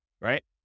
right